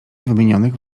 wymienionych